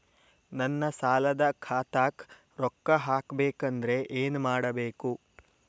ನನ್ನ ಸಾಲದ ಖಾತಾಕ್ ರೊಕ್ಕ ಹಾಕ್ಬೇಕಂದ್ರೆ ಏನ್ ಮಾಡಬೇಕು?